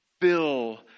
fill